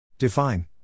Define